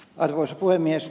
arvoisa puhemies